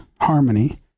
harmony